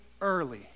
early